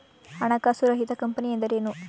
ಹಣಕಾಸು ರಹಿತ ಕಂಪನಿ ಎಂದರೇನು?